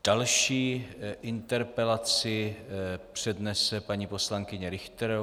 Další interpelaci přednese paní poslankyně Richterová.